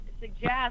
suggest